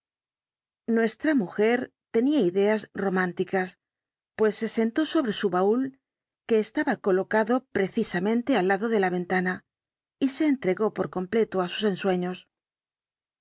nuestra mujer tenía ideas románticas pues se sentó sobre su baúl que estaba colocado precisamente al lado de la ventana y se entregó por completo á sus ensueños